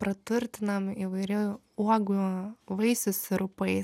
praturtinam įvairių uogų vaisių sirupais